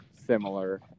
similar